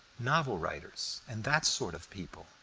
novel-writers, and that sort of people,